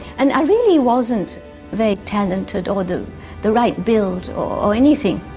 and i really wasn't very talented or the the right build or anything,